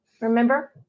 Remember